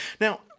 Now